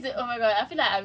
so that's still okay